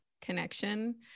connection